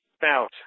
bout